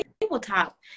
tabletop